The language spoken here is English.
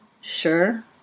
sure